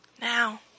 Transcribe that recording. Now